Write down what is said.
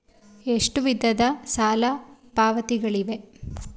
ಎಷ್ಟು ವಿಧದ ಸಾಲ ಪಾವತಿಗಳಿವೆ?